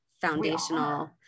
foundational